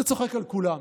שצוחק על כולם,